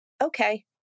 Okay